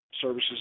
services